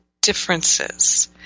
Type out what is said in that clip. differences